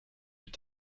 plus